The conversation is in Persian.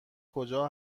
کجا